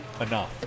enough